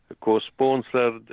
co-sponsored